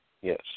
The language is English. Yes